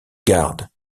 garde